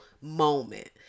moment